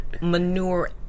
manure